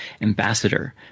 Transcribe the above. ambassador